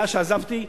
מאז עזבתי,